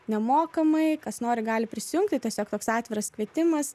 nemokamai kas nori gali prisijungti tiesiog toks atviras kvietimas